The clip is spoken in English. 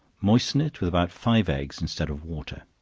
moisten it with about five eggs, instead of water.